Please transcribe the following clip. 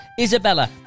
Isabella